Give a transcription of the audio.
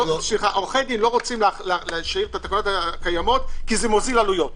עורכי דין לא רוצים שיהיו התקנות הקיימות כי זה מוזיל עלויות,